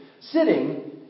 Sitting